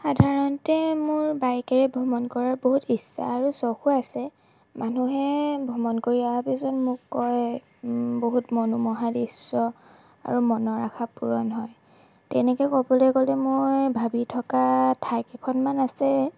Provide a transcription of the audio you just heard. সাধাৰণতে মোৰ বাইকেৰে ভ্ৰমণ কৰাৰ বহুত ইচ্ছা আৰু চখো আছে মানুহে ভ্ৰমণ কৰি অহা পিছত মোক কয় বহুত মনোমোহা দৃশ্য আৰু মনৰ আশা পূৰণ হয় তেনেকৈ ক'বলৈ গ'লে মই ভাবি থকা ঠাইকেইখনমান আছে